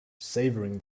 savouring